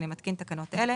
אני מתקין תקנות אלה: